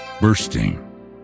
bursting